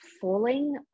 falling